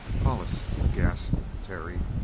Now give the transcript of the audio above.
hollis! gasped terry.